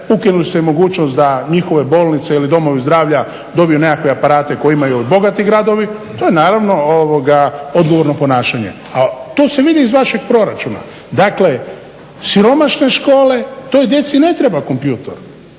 ukinuli ste im mogućnost da njihove bolnice ili domovi zdravlja dobiju nekakve aparate koje imaju bogati gradovi. To je naravno odgovorno ponašanje. A to se vidi iz vašeg proračuna. Dakle siromašne škole, toj djeci ne treba kompjutor